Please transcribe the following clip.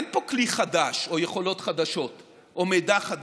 אין פה כלי חדש, יכולות חדשות או מידע חדש.